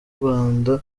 rwanda